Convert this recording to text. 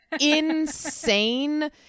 insane